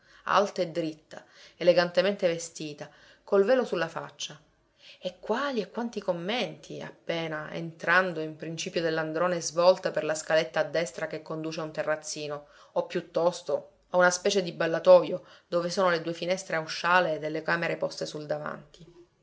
alta e dritta elegantemente vestita col velo sulla faccia e quali e quanti commenti appena entrando in principio dell'androne svolta per la scaletta a destra che conduce a un terrazzino o piuttosto a una specie di ballatojo dove sono le due finestre a usciale delle camere poste sul davanti